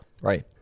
right